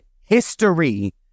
history